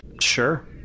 Sure